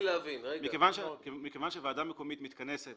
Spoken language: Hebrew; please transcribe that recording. מכיוון שוועדה מקומית מתכנסת